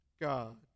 God